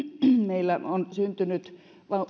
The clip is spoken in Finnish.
kaksituhattakahdeksantoista meillä on syntynyt